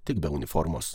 tik be uniformos